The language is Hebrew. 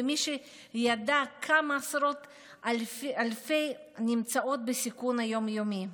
ומי ידע כמה עשרות אלפים נמצאות בסיכון יום-יומי.